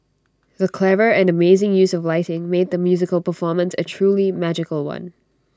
the clever and amazing use of lighting made the musical performance A truly magical one